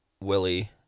Willie